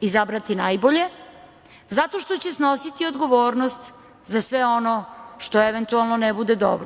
izabrati najbolje zato što će snositi odgovornost za sve ono što eventualno ne bude dobro.